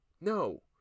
no